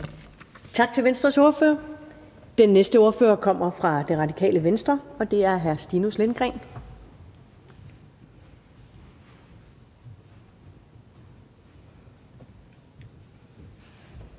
Tak til Venstres ordfører. Den næste ordfører kommer fra Det Radikale Venstre, og det er hr. Stinus Lindgreen.